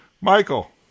michael